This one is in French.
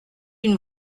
une